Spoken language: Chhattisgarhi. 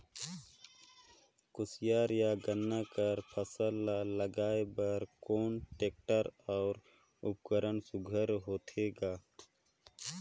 कोशियार या गन्ना कर फसल ल लगाय बर कोन टेक्टर अउ उपकरण सुघ्घर होथे ग?